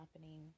happening